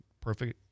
perfect –